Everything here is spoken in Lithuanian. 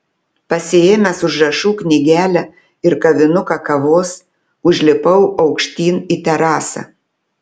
pasiėmęs užrašų knygelę ir kavinuką kavos užlipau aukštyn į terasą